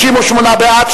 68 בעד,